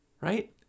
right